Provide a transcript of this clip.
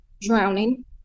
drowning